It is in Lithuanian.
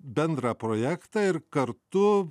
bendrą projektą ir kartu